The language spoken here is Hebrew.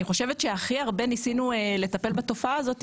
אני חושבת שהכי הרבה ניסינו לטפל בתופעה הזאת,